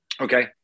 Okay